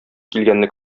килгәнне